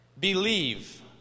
Believe